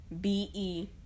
B-E